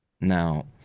now